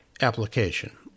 application